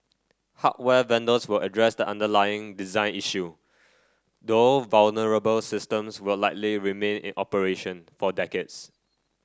hardware vendors will address the underlying design issue though vulnerable systems will likely remain in operation for decades